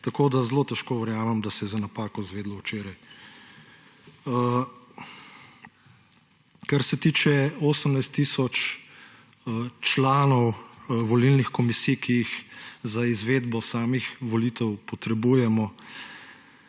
tako da zelo težko verjamem, da se je za napako izvedelo včeraj. Kar se tiče 18 tisoč članov volilnih komisij, ki jih za izvedbo samih volitev potrebujemo.